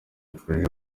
yifurije